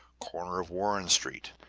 corner of warren street,